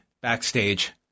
backstage